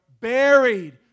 buried